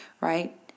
right